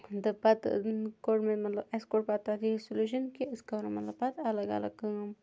تہٕ پَتہٕ کوٚڈ مےٚ مَطلَب اَسہِ کوٚڈ پَتہٕ تَتھ یی سلوٗشَن کہِ أسۍ کَرَو مَطلَب پَتہٕ اَلَگ اَلَگ کٲم